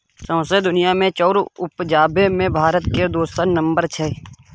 सौंसे दुनिया मे चाउर उपजाबे मे भारत केर दोसर नम्बर छै